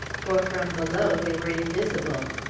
for from below they were invisible.